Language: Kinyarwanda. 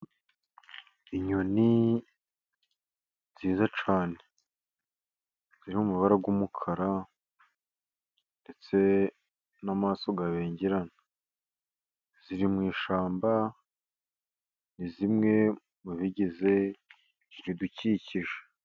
Inyoni nziza cyane ziri mu mabare y'umukara, ndetse n'amaso abengerana, ziri mu ishyamba ni zimwe mu bigize ibidukikije.